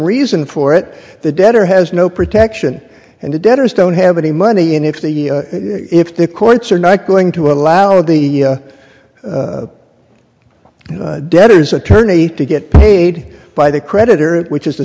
reason for it the debtor has no protection and the debtors don't have any money and if the if the courts are not going to allow the debtors attorney to get paid by the creditor it which is